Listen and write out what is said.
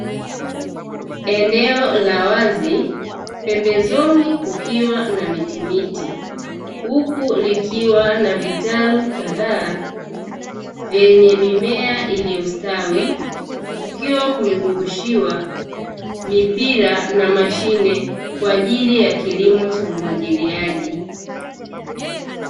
Eneo la wazi, pembezoni kukiwa na mitimiti, huku likiwa na vitalu kadhaa vyenye mimea iliyostawi, kukiwa kumezungushiwa mipira na mashine kwa ajili ya kilimo cha umwagiliaji.